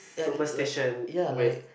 ya like ya like